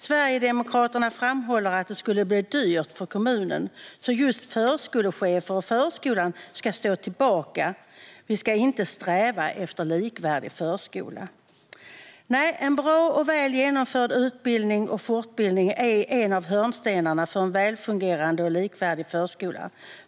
Sverigedemokraterna framhåller att det skulle bli dyrt för kommunen. Just förskolechefer och förskolan ska tydligen stå tillbaka, och vi ska inte sträva efter likvärdig förskola. En bra och väl genomförd utbildning och fortbildning är en av hörnstenarna för en välfungerande och likvärdig förskola.